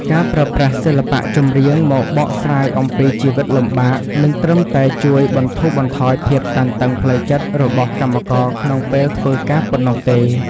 ការប្រើប្រាស់សិល្បៈចម្រៀងមកបកស្រាយអំពីជីវិតលំបាក មិនត្រឹមតែជួយបន្ធូរបន្ថយភាពតានតឹងផ្លូវចិត្តរបស់កម្មករក្នុងពេលធ្វើការប៉ុណ្ណោះទេ។